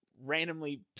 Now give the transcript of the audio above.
randomly